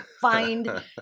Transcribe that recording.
find